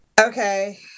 Okay